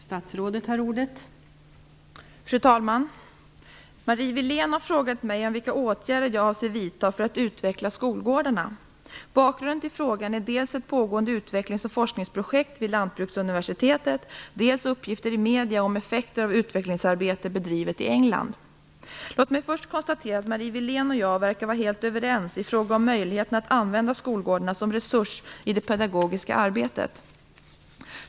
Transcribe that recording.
Fru talman! Marie Wilén har frågat mig vilka åtgärder jag avser vidta för att utveckla skolgårdarna. Bakgrunden till frågan är dels ett pågående utvecklings och forskningsprojekt vid Lantbruksuniversitetet, dels uppgifter i medier om effekter av utvecklingsarbete bedrivet i England. Låt mig först konstatera att Marie Wilén och jag verkar vara helt överens i fråga om möjligheterna att använda skolgårdarna som resurs i det pedagogiska arbetet.